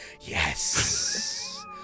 Yes